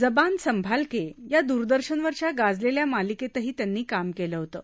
जबान संभालके या दूरदर्शनवरच्या गाजलेल्या मालिकेतही त्यांनी काम केलं होतं